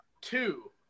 Two